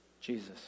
Jesus